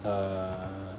uh